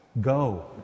Go